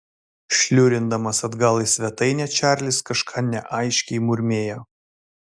šliurindamas atgal į svetainę čarlis kažką neaiškiai murmėjo